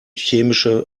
chemische